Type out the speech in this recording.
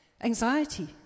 anxiety